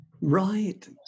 Right